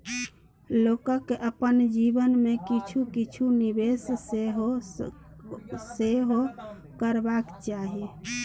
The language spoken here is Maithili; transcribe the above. लोककेँ अपन जीवन मे किछु किछु निवेश सेहो करबाक चाही